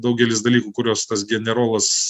daugelis dalykų kuriuos tas generolas